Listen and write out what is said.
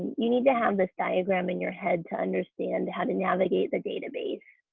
you need to have this diagram in your head to understand how to navigate the database.